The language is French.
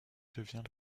devient